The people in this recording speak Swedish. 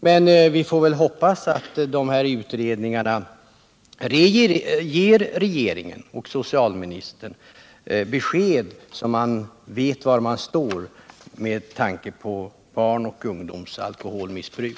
Men vi får väl hoppas att utredningarna ger regeringen och främst socialministern besked, så att man vet var man står med tanke på barns och ungdomars alkoholmissbruk.